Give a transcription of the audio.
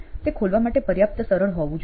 તે ખોલવા માટે પર્યાપ્ત સરળ હોવું જોઈએ